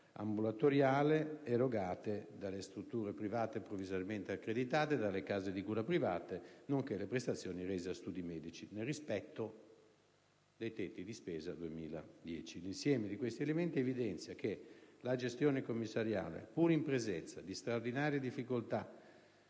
ambulatoriale erogate dalle strutture private provvisoriamente accreditate e dalle case di cura private, nonché le prestazioni rese da studi medici, nel rispetto dei tetti di spesa 2010. L'insieme di questi elementi evidenzia che la gestione commissariale, pur in presenza di straordinarie difficoltà